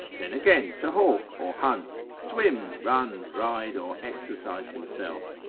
then again to hawk or hunt, swim, run, ride, or exercise himself.